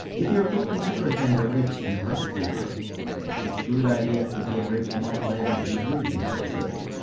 if you're cooking super tender ribs in a pressure cooker it's good idea to give ribs more flavor in grill before serving.